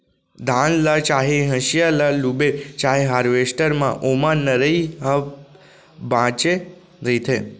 धान ल चाहे हसिया ल लूबे चाहे हारवेस्टर म ओमा नरई ह बाचे रहिथे